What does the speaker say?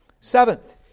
Seventh